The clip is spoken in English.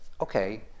okay